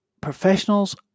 professionals